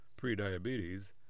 prediabetes